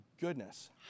goodness